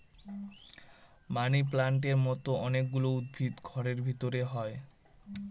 মানি প্লান্টের মতো অনেক গুলো উদ্ভিদ ঘরের ভেতরে হয়